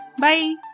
Bye